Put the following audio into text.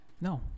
No